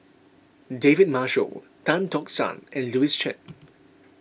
David Marshall Tan Tock San and Louis Chen